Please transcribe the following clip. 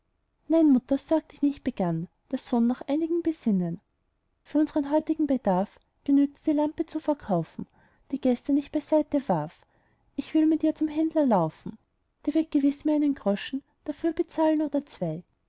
nein mutter sorg dich nicht begann der sohn nach einigem besinnen für unsern heutigen bedarf genügt's die lampe zu verkaufen die gestern ich beiseite warf ich will mit ihr zum händler laufen der wird gewiß mir einen groschen dafür bezahlen oder zwei